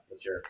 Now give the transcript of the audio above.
Sure